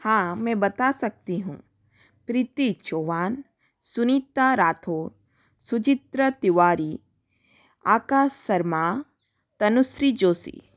हाँ मैं बता सकती हूँ प्रीति चौहान सुनीता राठौर सुचित्रा तिवारी आकाश शर्मा तनुश्री जोशी